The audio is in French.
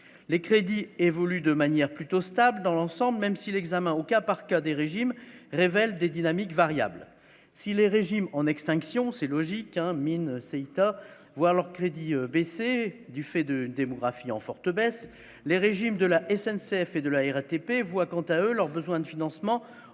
les crédits évolue de manière plutôt stable dans l'ensemble, même si l'examen au cas par cas des régimes révèle des dynamiques variable si les régimes en extinction, c'est logique, hein, mine c'est top voient leurs crédits baisser du fait de démographie en forte baisse, les régimes de la SNCF et de la RATP voient quant à eux, leurs besoins de financement augmenté